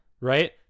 right